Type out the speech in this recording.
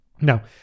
Now